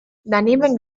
daneben